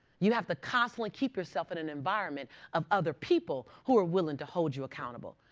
you have to constantly keep yourself at an environment of other people who are willing to hold you accountable.